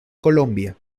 colombia